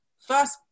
First